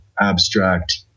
abstract